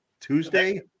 Tuesday